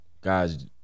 guys